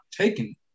taking